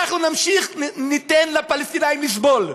אנחנו נמשיך, ניתן לפלסטינים לסבול,